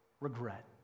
regret